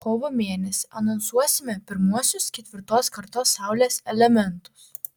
kovo mėnesį anonsuosime pirmuosius ketvirtos kartos saulės elementus